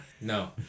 No